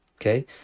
okay